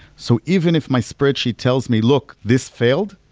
so even if my spreadsheet tells me, look, this failed.